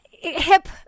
Hip